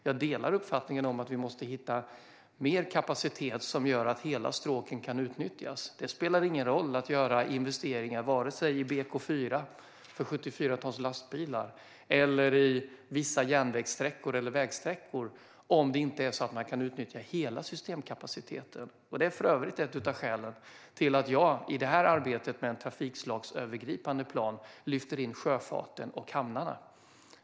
Jag delar också uppfattningen att vi måste hitta mer kapacitet som gör att hela stråken kan utnyttjas. Det spelar ingen roll om man gör investeringar i BK4 för 74-tonslastbilar, i vissa järnvägssträckor eller i vissa vägsträckor om man inte kan utnyttja hela systemkapaciteten. Det är för övrigt ett av skälen till att jag i detta arbete med en trafikslagsövergripande plan lyfter in sjöfarten och hamnarna.